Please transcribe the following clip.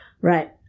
Right